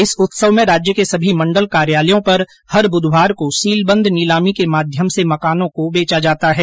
इस उत्सव में राज्य के समी मंण्डल कार्यालयों पर हर ब्धवार को सीलबंद नीलामी के माध्यम से मकानों को बेचा जाता है